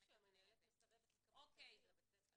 ויש מקרים שהמנהלת מסרבת לקבל תלמיד לבית הספר.